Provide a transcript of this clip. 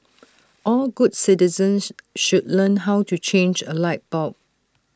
all good citizens should learn how to change A light bulb